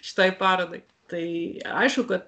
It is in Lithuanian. šitai parodai tai aišku kad